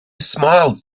smiled